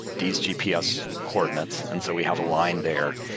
these gps coordinates. and so we have a line there,